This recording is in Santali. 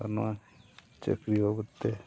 ᱟᱨ ᱱᱚᱣᱟ ᱪᱟᱹᱠᱨᱤ ᱵᱟᱵᱚᱛ ᱛᱮ